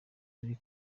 turi